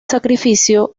sacrificio